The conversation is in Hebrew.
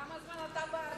כמה זמן אתה בארץ,